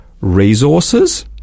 resources